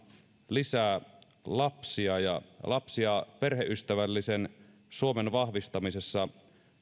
lisää lapsia ja lapsi ja perheystävällisen suomen vahvistamisessa